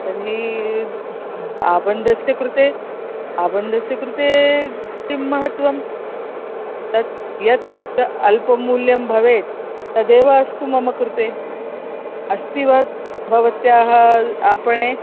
तर्हि आबन्धस्य कृते आबन्धस्य कृते किं महत्त्वं तत् यत् अल्पमूल्यं भवेत् तदेव अस्तु मम कृते अस्ति वा भवत्याः आपणे